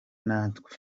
natwe